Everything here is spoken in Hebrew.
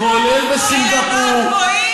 כולל בסינגפור,